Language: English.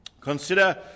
Consider